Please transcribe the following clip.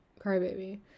crybaby